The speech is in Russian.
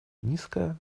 низко